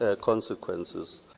consequences